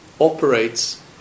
operates